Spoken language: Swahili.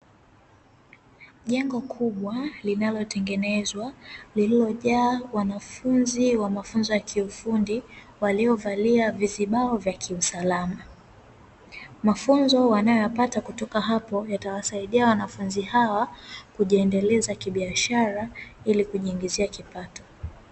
Jengo kubwa linalotengenezwa lililojaa wanafunzi wa mafunzo ya kiufundi waliovalia vizibao vya kiusalama. Mafunzo wanayoyapata kutoka hapo yatawasaidia wanafunzi hawa kujiendeleza kibiashara ili kujiingizia kipato.